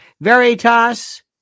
Veritas